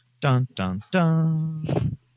Dun-dun-dun